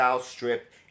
strip